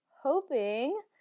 Hoping